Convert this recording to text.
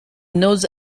knows